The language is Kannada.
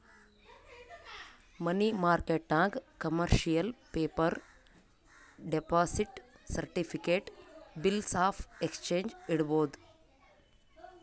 ಮನಿ ಮಾರ್ಕೆಟ್ನಾಗ್ commercial paper, deposit certificate, bills of exchange ಇಡ್ಬೋದ್